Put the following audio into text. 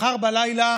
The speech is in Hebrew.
מחר בלילה